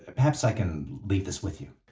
ah perhaps i can leave this with you.